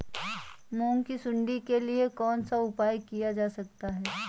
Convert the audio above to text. मूंग की सुंडी के लिए कौन सा उपाय किया जा सकता है?